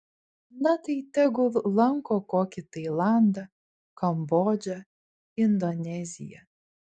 na tai tegul lanko kokį tailandą kambodžą indoneziją